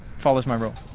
follows my rule.